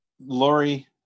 Lori